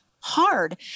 hard